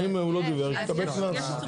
אין בעיה, תני קנס.